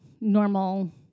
normal